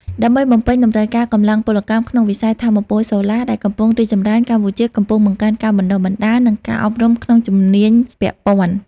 ដើម្បីបំពេញតម្រូវការកម្លាំងពលកម្មក្នុងវិស័យថាមពលសូឡាដែលកំពុងរីកចម្រើន កម្ពុជាកំពុងបង្កើនការបណ្តុះបណ្តាល និងការអប់រំក្នុងជំនាញពាក់ព័ន្ធ។